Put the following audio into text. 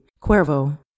Cuervo